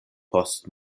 post